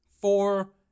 Four